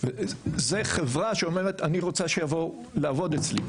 זו חברה שאומרת 'אני רוצה שיבואו לעבוד אצלי,